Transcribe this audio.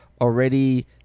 already